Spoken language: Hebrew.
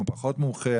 האם הוא פחות מומחה,